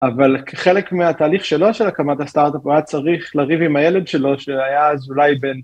אבל חלק מהתהליך שלו של הקמת הסטארט-אפ היה צריך לריב עם הילד שלו שהיה אז אולי בן.